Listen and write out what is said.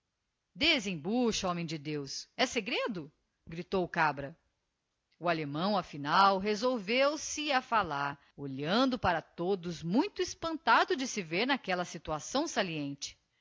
desembucha homem de deus e segredo gritou o cabra o allemão afinal resolveu-se a falar olhando para todos muito espantado de se ver n'aquella situação saliente